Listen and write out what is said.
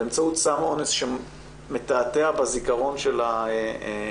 באמצעות סם אונס שמתעתע בזיכרון של הנפגעות,